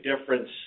difference